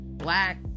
Black